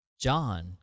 John